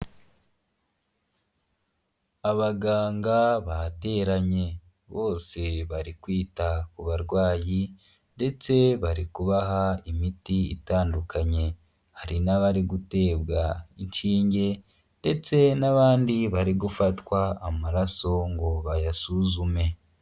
Abaganga bateranye bose bari kwita ku barwayi ndetse bari kubaha imiti itandukanye, hari n'abari gutebwa inshinge ndetse n'abandi bari gufatwa amaraso ngo bayasuzume.